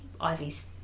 ivy's